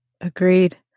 agreed